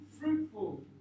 fruitful